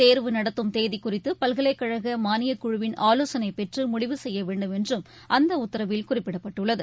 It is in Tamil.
தேர்வு நடத்தும் தேதி குறித்து பல்கலைக்கழக மானியக் குழுவின் ஆவோசனை பெற்று முடிவு செய்ய வேண்டுமென்றும் அந்த உத்தரவில் குறிப்பிடப்பட்டுள்ளது